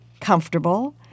comfortable